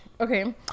Okay